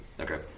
Okay